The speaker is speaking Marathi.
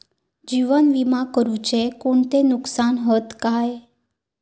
जीवन विमा करुचे कोणते नुकसान हत काय?